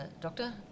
doctor